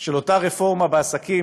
של אותה רפורמה בעסקים,